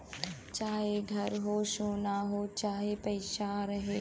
चाहे घर हो, सोना हो चाहे पइसा रहे